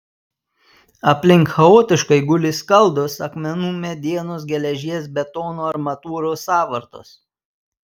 aplink chaotiškai guli skaldos akmenų medienos geležies betono armatūros sąvartos